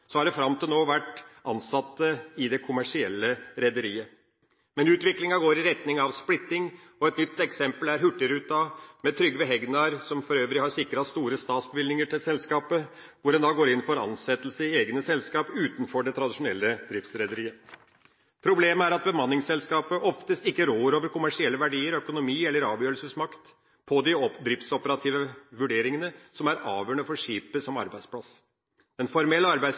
har man fram til nå vært ansatt i det kommersielle rederiet. Men utviklinga går i retning av splitting. Et nytt eksempel er hurtigruta, med Trygve Hegnar som stor eier, som for øvrig har sikret store statsbevilgninger til selskapet, hvor en går inn for ansettelse i egne selskap utenfor det tradisjonelle driftsrederiet. Problemet er at bemanningsselskapet oftest ikke rår over kommersielle verdier, økonomi eller avgjørelsesmakt når det gjelder de driftsoperative vurderingene, noe som er avgjørende for skipet som arbeidsplass.